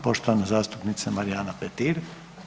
Poštovana zastupnica Marijana Petir.